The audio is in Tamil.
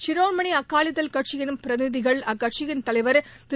ஷிரோன்மணி அகாலிதள் கட்சியின் பிரதிநிதிகள் அக்கட்சியின் தலைவர் திரு